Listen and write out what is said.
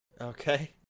Okay